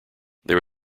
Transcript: there